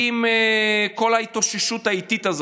עם כל ההתאוששות האיטית הזאת,